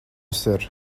ser